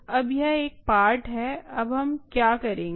अब यह एक पार्ट है अब हम क्या करेंगे